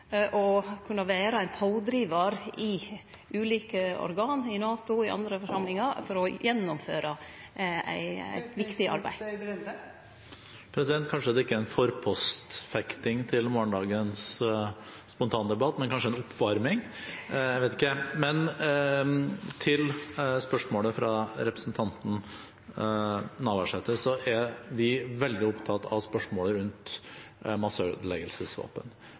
å kunne vere ein pådrivar i ulike organ, i NATO og i andre forsamlingar, for å gjennomføre eit så viktig arbeid. Kanskje det ikke er en forpostfektning til morgendagens spontandebatt, men en oppvarming? Jeg vet ikke. Til spørsmålet fra representanten Navarsete: Vi er veldig opptatt av spørsmålet rundt